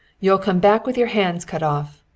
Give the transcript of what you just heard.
you'll come back with your hands cut off.